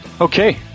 Okay